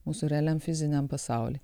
mūsų realiam fiziniam pasaulyje